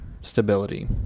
stability